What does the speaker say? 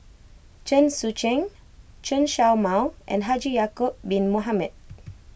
Chen Sucheng Chen Show Mao and Haji Ya'Acob Bin Mohamed